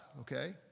okay